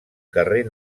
carrer